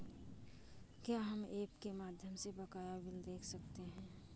क्या हम ऐप के माध्यम से बकाया बिल देख सकते हैं?